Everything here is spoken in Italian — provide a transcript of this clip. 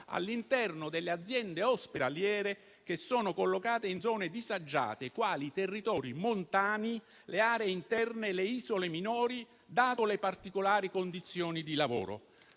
all'interno delle aziende ospedaliere collocate in zone disagiate, quali i territori montani, le aree interne e le isole minori, date le loro particolari condizioni di lavoro.